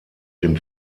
dem